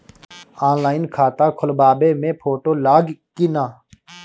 Online खाता खोलबाबे मे फोटो लागि कि ना?